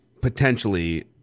potentially